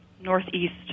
Northeast